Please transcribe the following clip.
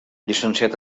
llicenciat